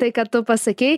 tai ką tu pasakei